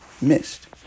missed